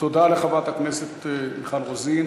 תודה לחברת הכנסת מיכל רוזין.